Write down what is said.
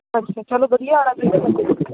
ਅੱਛਾ ਚਲੋ ਵਧੀਆ ਵਾਲਾ